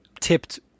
tipped